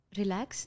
relax